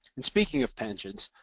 and speaking of pensions,